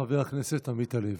חבר הכנסת עמית הלוי.